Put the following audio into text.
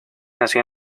nació